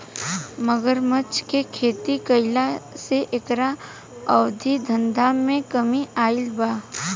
मगरमच्छ के खेती कईला से एकरा अवैध धंधा में कमी आईल बा